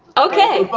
okay.